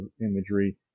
imagery